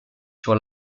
sur